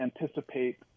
anticipate